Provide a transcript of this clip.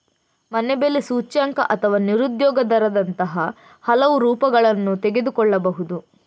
ಮನೆ ಬೆಲೆ ಸೂಚ್ಯಂಕ ಅಥವಾ ನಿರುದ್ಯೋಗ ದರದಂತಹ ಹಲವು ರೂಪಗಳನ್ನು ತೆಗೆದುಕೊಳ್ಳಬಹುದು